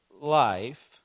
life